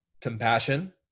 compassion